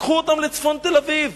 קחו אותם לצפון תל-אביב,